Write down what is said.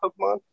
Pokemon